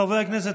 בעד חברי כנסת,